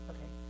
Okay